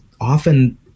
often